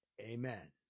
Amen